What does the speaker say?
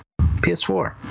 PS4